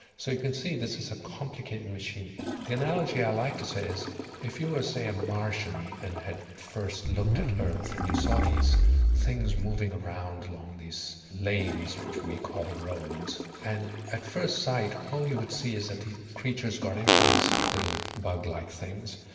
so you can see this is a complicated machine. the analogy i like to say is if you were, say, a martian and had first looked at earth and you saw these things moving around along these lanes which we call roads, and at first sight all you would see is that the creatures got in these little bug-like things,